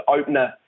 opener